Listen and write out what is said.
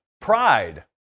Pride